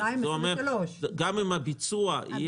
גם אם הביצוע יהיה אחר כך.